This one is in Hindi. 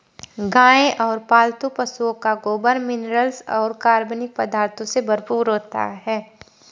गाय और पालतू पशुओं का गोबर मिनरल्स और कार्बनिक पदार्थों से भरपूर होता है